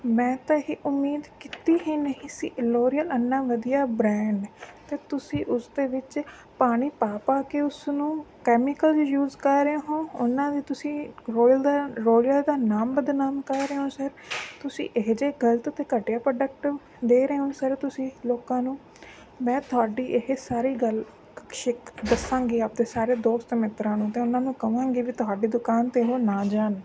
ਮੈਂ ਤਾਂ ਇਹ ਉਮੀਦ ਕੀਤੀ ਹੀ ਨਹੀਂ ਸੀ ਲੋਰੀਅਲ ਇੰਨਾਂ ਵਧੀਆ ਬ੍ਰਾਂਡ ਅਤੇ ਤੁਸੀਂ ਉਸਦੇ ਵਿੱਚ ਪਾਣੀ ਪਾ ਪਾ ਕੇ ਉਸਨੂੰ ਕੈਮੀਕਲ ਯੂਜ ਕਰ ਰਹੇ ਹੋ ਉਹਨਾਂ ਦੀ ਤੁਸੀਂ ਰੋਇਲ ਦਾ ਲੋਰੀਅਲ ਦਾ ਨਾਮ ਬਦਨਾਮ ਕਰ ਰਹੇ ਹੋ ਸਰ ਤੁਸੀਂ ਇਹੋ ਜਿਹੇ ਗਲਤ ਅਤੇ ਘਟੀਆ ਪ੍ਰੋਡਕਟ ਦੇ ਰਹੇ ਹੋ ਸਰ ਤੁਸੀਂ ਲੋਕਾਂ ਨੂੰ ਮੈਂ ਤੁਹਾਡੀ ਇਹ ਸਾਰੀ ਗੱਲ ਦੱਸਾਂਗੀ ਆਪਦੇ ਸਾਰੇ ਦੋਸਤ ਮਿੱਤਰਾਂ ਨੂੰ ਅਤੇ ਉਹਨਾਂ ਨੂੰ ਕਹਾਂਗੀ ਵੀ ਤੁਹਾਡੀ ਦੁਕਾਨ 'ਤੇ ਉਹ ਨਾ ਜਾਣ